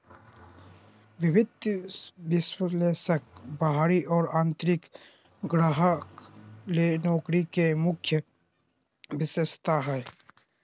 वित्तीय विश्लेषक बाहरी और आंतरिक ग्राहक ले नौकरी के मुख्य विशेषता हइ